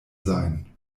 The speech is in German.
sein